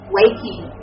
waking